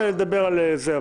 צריך לדבר על זה.